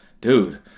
dude